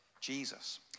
Jesus